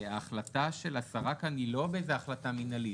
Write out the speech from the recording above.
ההחלטה של השרה כאן היא לא באיזה החלטה מנהלית,